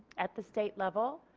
at the state level.